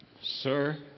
Sir